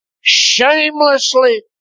shamelessly